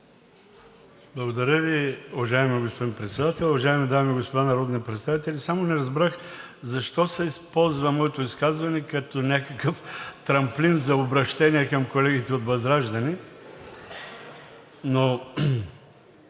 Благодаря Ви, уважаеми господин Председател. Уважаеми дами и господа народни представители! Само не разбрах защо се използва моето изказване като някакъв трамплин за обръщение към колегите от ВЪЗРАЖДАНЕ.